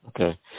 Okay